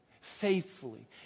faithfully